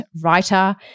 writer